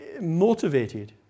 motivated